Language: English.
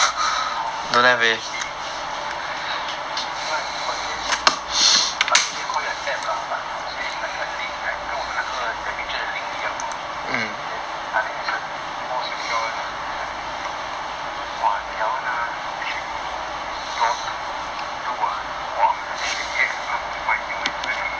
orh then should be cause we we got this I don't really call it an app lah but I would say it's like a link like 跟我们那个 temperature 的 link 一样 then but then is a more secure [one] ah then I think !wah! that one ah if you don't do ah !wah! I tell you they will really come and find you and really